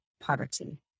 poverty